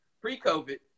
pre-COVID